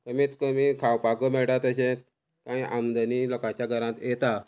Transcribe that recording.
कमीत कमी खावपाक मेळटा तशेंत कांय आमदनी लोकांच्या घरांत येता